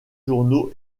journaux